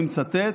אני מצטט: